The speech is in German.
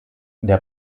der